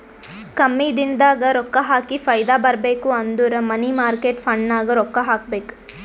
ಕಮ್ಮಿ ದಿನದಾಗ ರೊಕ್ಕಾ ಹಾಕಿ ಫೈದಾ ಬರ್ಬೇಕು ಅಂದುರ್ ಮನಿ ಮಾರ್ಕೇಟ್ ಫಂಡ್ನಾಗ್ ರೊಕ್ಕಾ ಹಾಕಬೇಕ್